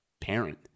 parent